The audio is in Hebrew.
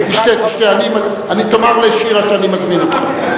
תשתה, תשתה, תאמר לשירה שאני מזמין אותך.